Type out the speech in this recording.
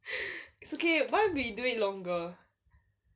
it's okay what if we do it longer